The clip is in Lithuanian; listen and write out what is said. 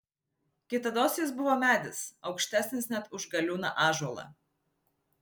kitados jis buvo medis aukštesnis net už galiūną ąžuolą